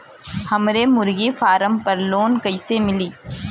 हमरे मुर्गी फार्म पर लोन कइसे मिली?